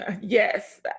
Yes